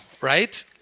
right